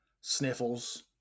Sniffles